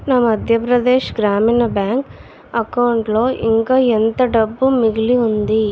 నా మధ్యప్రదేశ్ గ్రామీణ బ్యాంక్ అకౌంట్లో ఇంకా ఎంత డబ్బు మిగిలి ఉంది